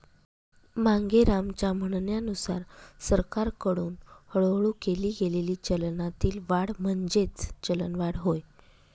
मांगेरामच्या म्हणण्यानुसार सरकारकडून हळूहळू केली गेलेली चलनातील वाढ म्हणजेच चलनवाढ होय